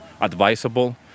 advisable